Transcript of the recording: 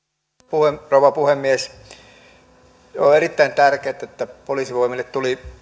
arvoisa rouva puhemies on erittäin tärkeätä että poliisivoimille tuli